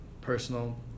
personal